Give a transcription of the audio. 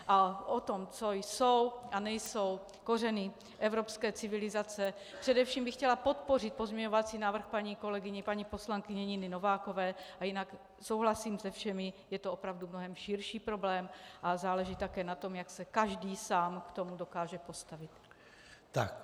A o tom, co jsou a nejsou kořeny evropské civilizace především bych chtěla podpořit pozměňovací návrh paní poslankyně Niny Novákové a jinak souhlasím se všemi, je to opravdu mnohem širší problém a záleží také na tom, jak se každý sám k tomu dokáže postavit.